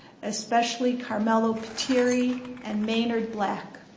especially carmelo pitirri and maynard black.